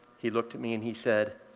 he looked at me and he said,